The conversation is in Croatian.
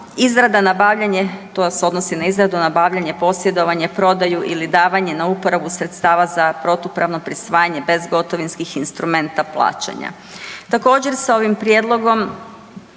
Izrada i nabavljanje, to se odnosi na izradu, nabavljanje, posjedovanje, prodaju ili davanje na uporabu sredstava za protupravno prisvajanje bezgotovinskih instrumenta plaćanja.